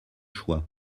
choix